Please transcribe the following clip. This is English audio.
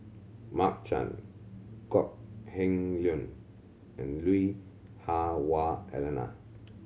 Mark Chan Kok Heng Leun and Lui Hah Wah Elena